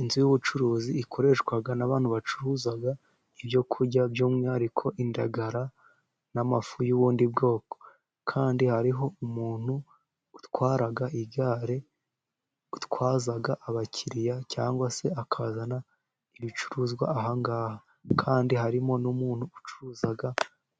Inzu y'ubucuruzi ikoreshwa n'abantu bacuruza ibyo kurya, by'umwihariko indagara n'amafi y'ubundi bwoko. Kandi hariho umuntu watwara igare utwaza abakiriya cyangwa se akazana ibicuruzwa ahangaha, kandi harimo n'umuntu ucuruza